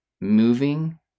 moving